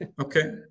okay